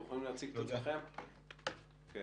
אני